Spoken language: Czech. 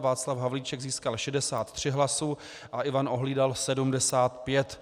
Václav Havlíček získal 63 hlasů a Ivan Ohlídal 75.